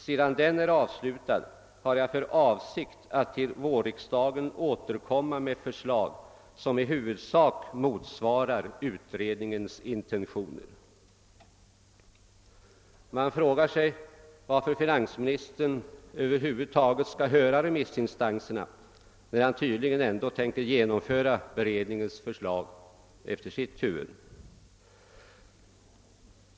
Sedan den är avslutad har jag för avsikt att till vårriksdagen återkomma med förslag som i huvudsak motsvarar utredningens intentioner.» Man frågar sig varför finansministern över huvud taget skall höra remissinstanserna när han tydligen ändå tänker genomföra beredningens förslag efter sitt huvud.